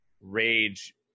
rage